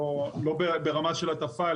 לא ברמה של הטפה,